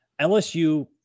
LSU